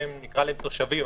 שנקרא להם "תושבים",